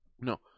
No